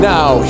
Now